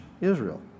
israel